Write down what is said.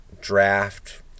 draft